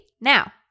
Now